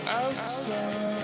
outside